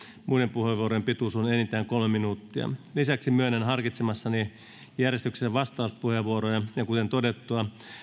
muiden puheenvuorojen pituus on enintään kolme minuuttia lisäksi myönnän harkitsemassani järjestyksessä vastauspuheenvuoroja ja kuten todettu